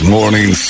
Morning